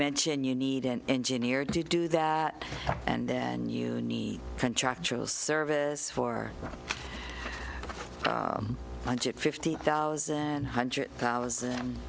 mention you need an engineer to do that and then you need contractual service four hundred fifty thousand one hundred thous